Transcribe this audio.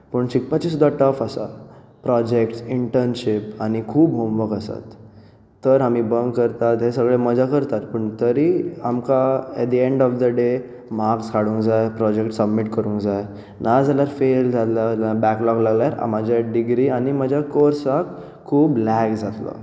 शिकपाचे सुद्दा टफ आसा projects internship आनी खूब होमवर्क आसात तर आमी बंक करतात आनी हेर सगळे मज्जा करतात पूण तरीय आमकां at the end of the day marks हाडूंक जाय प्रोजेक्ट्स सबमीट करूंक जाय ना जाल्यार फेल जाल्यार आनी बँकलॉग लागल्यार म्हज्या डिग्री आनी म्हज्या कोर्साक खूब लॅग जातलो